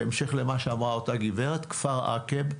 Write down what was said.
בהמשך למה שאמרה אותה גברת, כפר עקב,